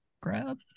grab